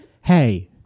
Hey